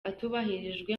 atubahirijwe